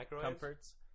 comforts